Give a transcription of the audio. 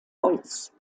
holz